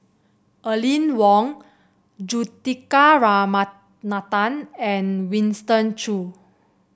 Aline Wong Juthika Ramanathan and Winston Choos